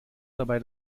dabei